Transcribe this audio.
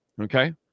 Okay